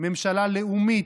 ממשלה לאומית,